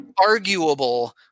arguable